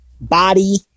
body